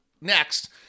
next